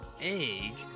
egg